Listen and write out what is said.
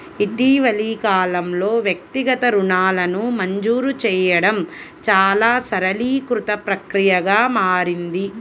ఇటీవలి కాలంలో, వ్యక్తిగత రుణాలను మంజూరు చేయడం చాలా సరళీకృత ప్రక్రియగా మారింది